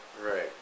Right